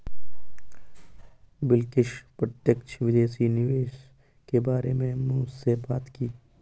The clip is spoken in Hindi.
बिलकिश प्रत्यक्ष विदेशी निवेश के बारे में मुझसे बात की